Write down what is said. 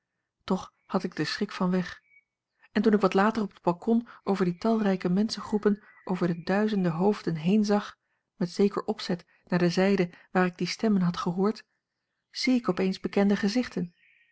toch had ik er den schrik van weg en toen ik wat later op het balkon over die talrijke menschengroepen over de duizenden hoofden heenzag met zeker opzet naar de zijde waar ik die stemmen had gehoord zie ik opeens bekende gezichten